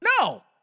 No